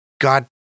God